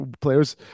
players